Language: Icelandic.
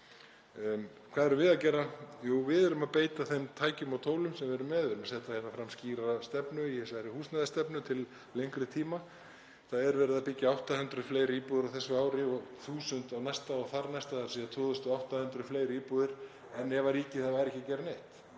Hvað erum við að gera? Jú, við verðum að beita þeim tækjum og tólum sem við erum með. Við erum að setja fram skýra stefnu í þessari húsnæðisstefnu til lengri tíma. Það er verið að byggja 800 fleiri íbúðir á þessu ári og 1.000 á næsta og þarnæsta, þ.e. 2.800 fleiri íbúðir en ef ríkið væri ekki að gera neitt